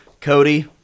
Cody